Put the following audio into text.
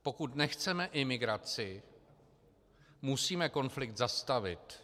Pokud nechceme imigraci, musíme konflikt zastavit.